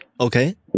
Okay